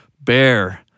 Bear